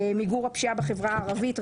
מיגור הפשיעה בחברה הערבית,